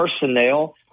personnel